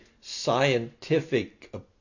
scientific